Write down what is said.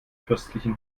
fürstlichen